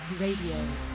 Radio